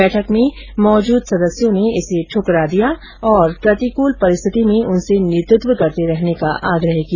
बैठक में मौजूद सदस्यों ने इसे द्वकरा दिया और प्रतिकूल परिस्थिति में उनसे नेतृत्व करते रहने का आग्रह किया